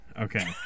Okay